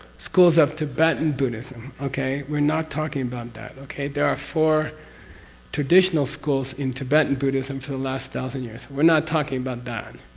schools of tibetan buddhism, okay? we're not talking about that. okay? there are four traditional schools in tibetan buddhism for the last thousand years. we're not talking about that,